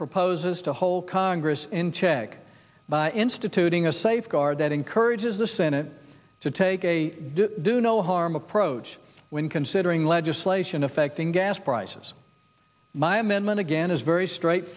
proposes to hold congress in check by instituting a safeguard that encourages the senate to take a do no harm approach when considering legislation affecting gas prices my amendment again is very